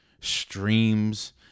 streams